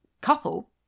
couple